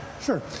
Sure